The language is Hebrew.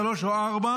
שלוש או ארבע,